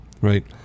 Right